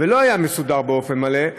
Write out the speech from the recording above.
ולא היה מוסדר באופן מלא,